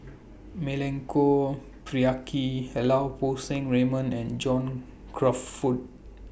Milenko Prvacki Lau Poo Seng Raymond and John Crawfurd